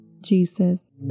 Jesus